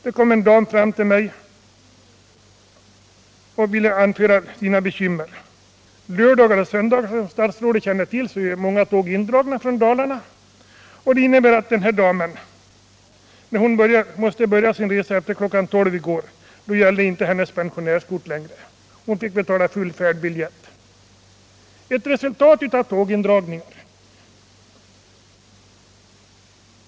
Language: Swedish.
Det kom en dam fram till mig och ville redogöra för sina bekymmer. Som statsrådet känner till är många tåg från Dalarna indragna under lördagar och söndagar. Eftersom denna dam måste börja sin resa efter kl. 12 i går gällde inte hennes pensionärskort längre utan hon fick betala fullt pris för sin färdbiljett. Det var ett resultat av tågindragningen.